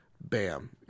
bam